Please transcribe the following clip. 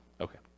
Okay